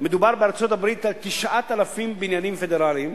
בארצות-הברית מדובר על 9,000 בניינים פדרליים,